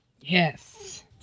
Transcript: Yes